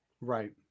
right